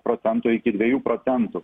procento iki dviejų procentų